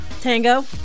Tango